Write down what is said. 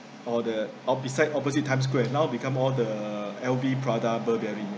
all the oh beside opposite time square now become all the L_V prada burberry